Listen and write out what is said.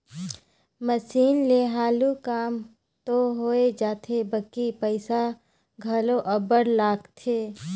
machine ले हालु काम दो होए जाथे बकि पइसा घलो अब्बड़ लागथे